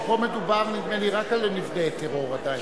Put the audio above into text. פה מדובר, נדמה לי, רק על נפגעי טרור עדיין.